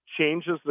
changes